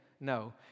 No